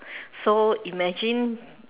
so imagine